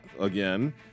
again